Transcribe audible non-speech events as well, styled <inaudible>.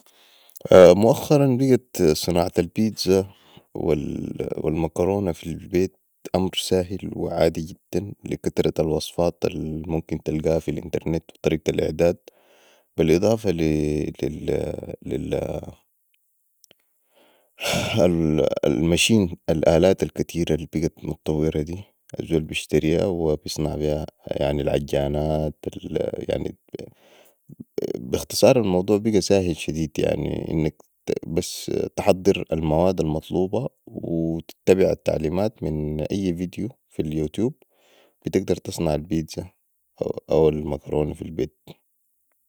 موخرا بقيت صناعة البيتزا والمعكرونة في البيت امر ساهل وعادي جدا لكترت الوصفات الممكن تلقاها في الانترنت وطريقة الإعداد بي الاضافة لي machine الالات الكتيره البقاء متطوره دي الزول بشتريها وبصنع بيها وبصنع بيها يعني العجانات <hesitation> بي اختصار الموضوع بقي ساهل شديد يعني انك بس تحضر المواد المطلوبه وتتبع التعليمات من ايى فيديو في البوتيوب بتقدر تصنع البيتزا او المكرونة في البيت